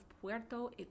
Puerto